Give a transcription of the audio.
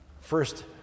first